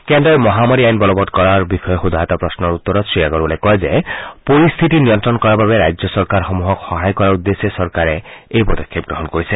কেন্দ্ৰই মহামাৰী আইন বলবৎ কৰাৰ বিষয়ে সোধা এটা প্ৰশ্নৰ উত্তৰত শ্ৰীআগৰৱালে কয় যে পৰিস্থিতিক নিয়ন্ত্ৰণ কৰাৰ বাবে ৰাজ্য চৰকাৰসমূহক সহায় কৰাৰ উদ্দেশ্যে চৰকাৰে এই পদক্ষেপ গ্ৰহণ কৰিছে